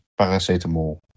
paracetamol